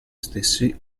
stessi